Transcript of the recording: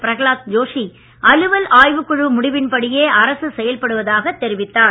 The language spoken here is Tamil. பிரகலாத் ஜோஷி அலுவல் ஆய்வுக் குழு முடிவின் படியே செயல்படுவதாக தெரிவித்தார்